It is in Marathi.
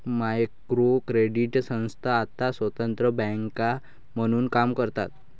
मायक्रो क्रेडिट संस्था आता स्वतंत्र बँका म्हणून काम करतात